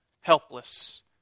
helpless